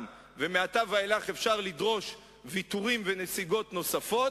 ומעתה ומאילך אפשר לדרוש ויתורים ונסיגות נוספות,